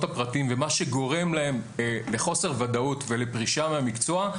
הפרטיים ומה שגורם להם לחוסר ודאות ולפרישה מהמקצוע,